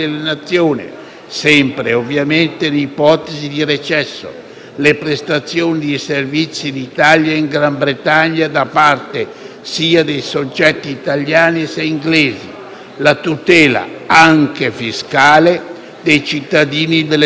le prestazioni di servizi in Italia e in Gran Bretagna da parte sia dei soggetti italiani che di quelli inglesi, la tutela, anche fiscale, dei cittadini delle due nazioni e le regole per la loro permanenza